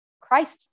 Christ